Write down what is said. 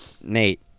Nate